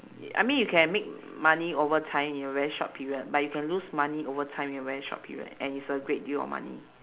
y~ I mean you can make money over time in a very short period but you can lose money over time in a very short period and it's a great deal of money